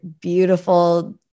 beautiful